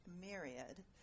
myriad